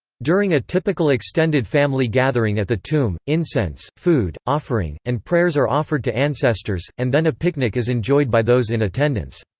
during a typical extended family gathering at the tomb, incense, food, offering, and prayers are offered to ancestors, and then a picnic is enjoyed by those in attendance.